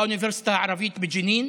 באוניברסיטה הערבית בג'נין,